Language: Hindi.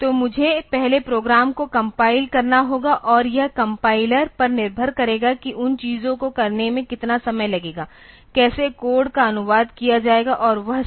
तो मुझे पहले प्रोग्राम को कॉमपयल करना होगा और यह कम्पाइलर पर निर्भर करेगा कि उन चीजों को करने में कितना समय लगेगा कैसे कोड का अनुवाद किया जाएगा और वह सब